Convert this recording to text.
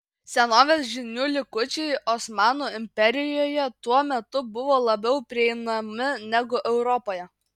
senovės žinių likučiai osmanų imperijoje tuo metu buvo labiau prieinami negu europoje